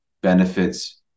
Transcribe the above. benefits